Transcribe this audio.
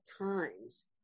times